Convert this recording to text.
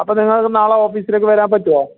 അപ്പോൾ നിങ്ങൾക്ക് നാളെ ഓഫീസിലേക്ക് വരാൻ പറ്റുമോ